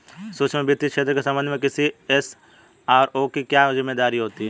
सूक्ष्म वित्त क्षेत्र के संबंध में किसी एस.आर.ओ की क्या जिम्मेदारी होती है?